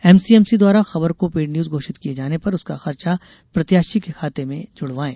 MCMC द्वारा खबर को पेड न्यूज घोषित किए जाने पर उसका खर्चा प्रत्याशी के खाते में जुड़वाएँ